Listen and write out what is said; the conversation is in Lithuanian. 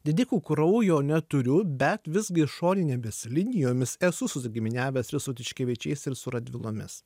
didikų kraujo neturiu bet visgi šoninėmis linijomis esu susigiminiavęs su tiškevičiais ir su radvilomis